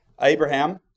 Abraham